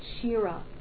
shira